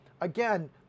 again